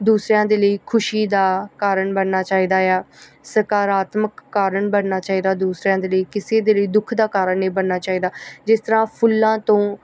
ਦੂਸਰਿਆਂ ਦੇ ਲਈ ਖੁਸ਼ੀ ਦਾ ਕਾਰਨ ਬਣਨਾ ਚਾਹੀਦਾ ਆ ਸਕਾਰਾਤਮਕ ਕਾਰਨ ਬਣਨਾ ਚਾਹੀਦਾ ਦੂਸਰਿਆਂ ਦੇ ਲਈ ਕਿਸੇ ਦੇ ਲਈ ਦੁੱਖ ਦਾ ਕਾਰਨ ਨਹੀਂ ਬਣਨਾ ਚਾਹੀਦਾ ਜਿਸ ਤਰ੍ਹਾਂ ਫੁੱਲਾਂ ਤੋਂ